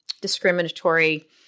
discriminatory